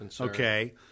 okay